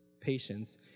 patience